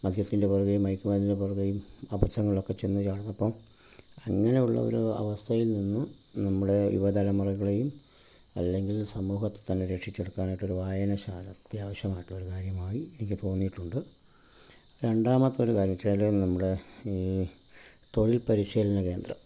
മദ്യത്തിൻ്റെ പുറകേയും മയക്ക് മരുന്നിൻ്റെ പുറകേയും അബദ്ധങ്ങളിലക്കെ ചെന്ന് ചാടുന്നത് അപ്പം അങ്ങനെ ഉള്ള ഒരു അവസ്ഥയിൽ നിന്ന് നമ്മുടെ യുവതലമുറകളെയും അല്ലെങ്കിൽ സമൂഹത്തെ തന്നെ രക്ഷിച്ചെടുക്കാനായിട്ടൊരു വായനശാല അത്യാവശ്യമായിട്ടൊരു കാര്യമായി എനിക്ക് തോന്നിയിട്ടുണ്ട് രണ്ടാമത്തൊരു കാര്യംന്ന് വെച്ചാൽ നമ്മുടെ ഈ തൊഴിൽ പരിശീലന കേന്ദ്രം